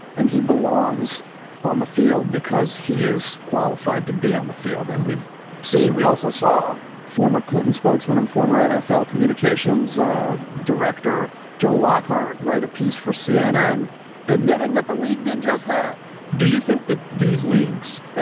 and he belongs on the field because he is qualified to be on the field. and we've seen we also saw former clinton spokesman and former nfl communications ah director joe lockhart write a piece for cnn admitting that the league did just that do you think that these leagues, yeah